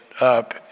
up